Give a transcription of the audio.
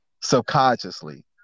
Subconsciously